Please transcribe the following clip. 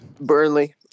Burnley